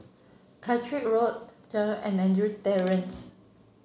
Caterick Road Jalan and Andrew